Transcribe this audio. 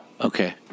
Okay